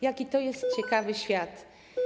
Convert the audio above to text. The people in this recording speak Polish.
jaki to jest ciekawy świat.